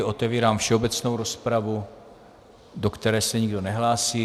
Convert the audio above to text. Otevírám všeobecnou rozpravu, do které se nikdo nehlásí.